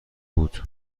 بود